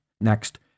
next